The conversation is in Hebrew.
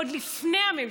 עוד לפני הממשלתית.